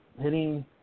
hitting